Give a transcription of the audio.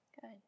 Good